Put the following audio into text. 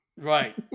Right